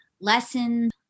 lessons